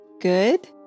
good